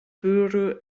bwrw